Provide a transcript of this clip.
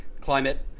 climate